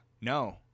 No